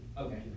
Okay